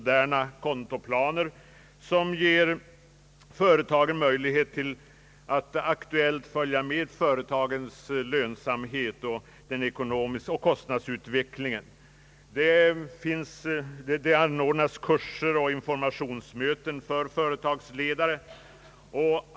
Dessa planer ger företagaren möjlighet att få en aktuell bild av kostnadsutveckling och lönsamhet i företaget. Vidare anordnas kurser och informationsmöten för företagsledare.